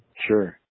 Sure